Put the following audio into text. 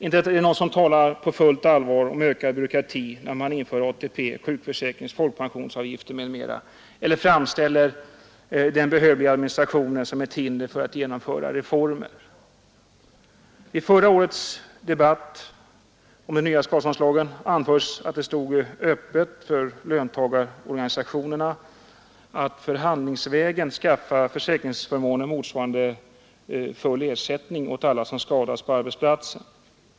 Inte talar någon på fullt allvar om ökad byråkrati när man inför ATP-, sjukförsäkrings-, folkpensionsavgifter m.m. eller framställer den behöv liga administrationen som ett hinder för att genomföra reformer. Vid förra årets debatt om den nya skadeståndslagen anfördes att det stod öppet för löntagarorganisationerna att förhandlingsvägen skaffa försäkringsförmåner motsvarande full ersättning åt alla som skadats på arbetsplatsen.